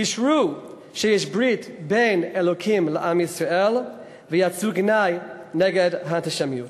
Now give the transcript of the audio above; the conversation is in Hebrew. אישרו שיש ברית בין אלוקים לעם ישראל ויצאו בגינוי האנטישמיות.